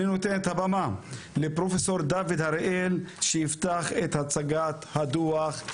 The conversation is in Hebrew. אני נותן את הבמה לפרופ' דוד הראל שיפתח את הצגת הדוח.